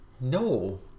No